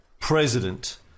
president